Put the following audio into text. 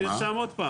כמסורב.